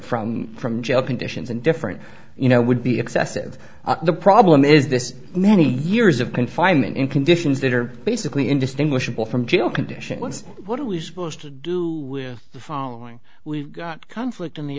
from from jail conditions and different you know would be excessive the problem is this many years of confinement in conditions that are basically indistinguishable from jail conditions what are we supposed to do the following we've got conflict in the